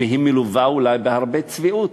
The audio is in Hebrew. והיא מלווה אולי בהרבה צביעות.